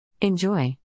Enjoy